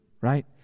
right